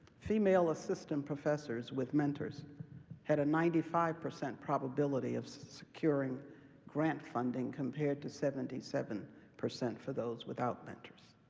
female assistant professors with mentors had a ninety five percent probability of securing grant funding compared to seventy seven percent for those without mentors.